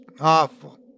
awful